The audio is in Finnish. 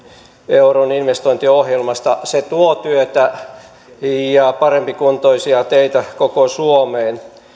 euron investointiohjelmasta se tuo työtä ja parempikuntoisia teitä koko suomeen